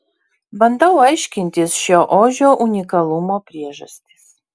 bandau aiškintis šio ožio unikalumo priežastis